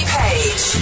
Page